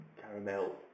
caramel